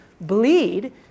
bleed